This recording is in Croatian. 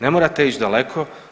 Ne morate ići daleko.